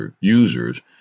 users